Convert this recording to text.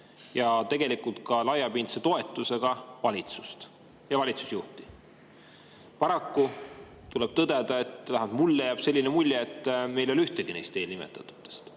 ja tegelikult ka laiapindse toetusega valitsust ja valitsusjuhti. Paraku tuleb tõdeda – vähemalt mulle on jäänud selline mulje –, et meil ei ole ühtegi neist eelnimetatutest.